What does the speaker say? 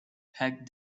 het